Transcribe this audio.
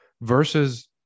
versus